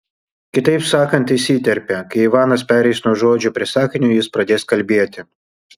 kitaip sakant įsiterpė kai ivanas pereis nuo žodžio prie sakinio jis pradės kalbėti